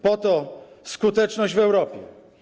Po to skuteczność w Europie.